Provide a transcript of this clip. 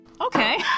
Okay